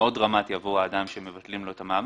מאוד דרמטי עבור האדם שמבטלים לו את המעמד,